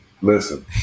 listen